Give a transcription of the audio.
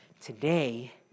Today